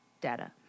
data